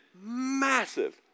massive